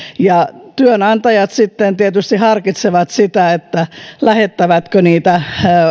ja työnantajat sitten tietysti harkitsevat sitä lähettävätkö niitä